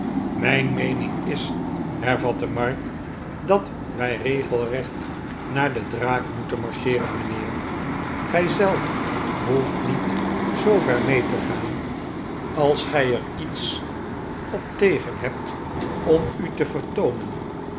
mijn meening is hervatte mark dat wij regelrecht naar de draak moeten marcheeren mijnheer gij zelf hoeft niet zoover mee te gaan als gij er iets op tegen hebt om u te vertoonen